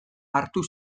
hartu